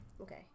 Okay